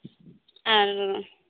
ᱟᱨ